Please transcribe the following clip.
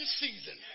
season